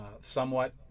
somewhat